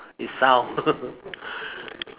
it's sound